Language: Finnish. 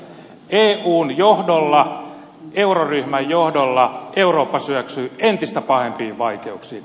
eun johdolla euroryhmän johdolla eurooppa syöksyy entistä pahempiin vaikeuksiin